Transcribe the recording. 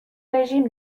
رژیم